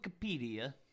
Wikipedia